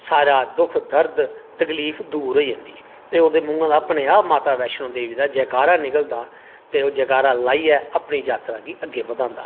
सारा दुक्ख दर्द तकलीफ दूर होई जंदी ओह्दे मूहां दे अपने मुहार माता बैष्णो देबी दे जयकारा लगदे न ते जयकारा लाइयै अपनी यात्रा गी अग्गै बधांदे न